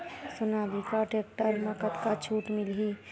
Sonalika tractor म कतका छूट मिलही?